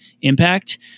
impact